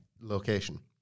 location